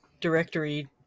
directory